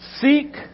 Seek